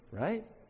Right